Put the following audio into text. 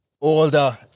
older